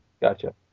Gotcha